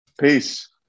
Peace